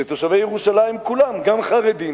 שתושבי ירושלים כולם, גם חרדים